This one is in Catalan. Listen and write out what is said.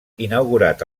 inaugurat